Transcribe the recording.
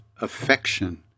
affection